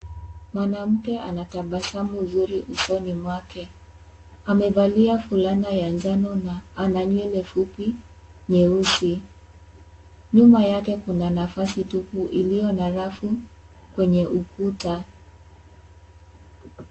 Mwanamke anatabasamu vizuri usoni mwake amevalia fulana ya njano na ana nywele fupi nyeusi ,nyuma yake kuna nafasi tupu iliyo na rafu kwenye ukuta.